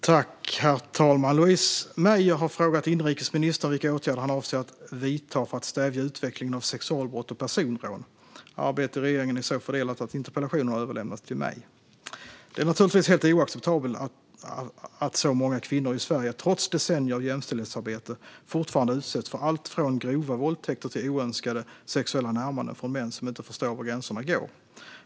Herr talman! Louise Meijer har frågat inrikesministern vilka åtgärder han avser att vidta för att stävja utvecklingen av sexualbrott och personrån. Arbetet i regeringen är så fördelat att interpellationen har överlämnats till mig. Det är naturligtvis helt oacceptabelt att så många kvinnor i Sverige, trots decennier av jämställdhetsarbete, fortfarande utsätts för allt från grova våldtäkter till oönskade sexuella närmanden från män som inte förstår var gränserna går.